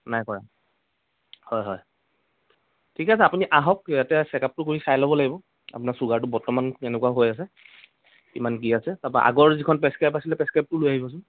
নাই কৰা হয় হয় ঠিকে আছে আপুনি আহক ইয়াতে চেক আপটো কৰি চাই ল'ব লাগিব আপোনাৰ চুগাৰটো বৰ্তমান কেনেকুৱা হৈ আছে কিমান কি আছে তাপা আগৰ যিখন প্ৰেছক্ৰইব আছিলে প্ৰেছক্ৰাইবটোও লৈ আহিবচোন